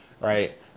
right